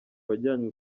wajyanywe